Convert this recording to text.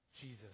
Jesus